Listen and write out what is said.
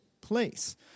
place